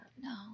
no